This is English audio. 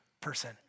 person